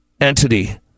entity